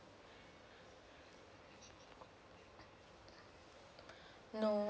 no